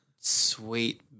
sweet